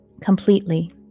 completely